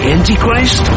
Antichrist